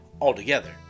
altogether